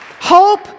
Hope